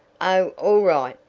oh, all right,